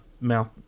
mouth